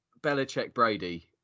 Belichick-Brady